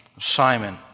Simon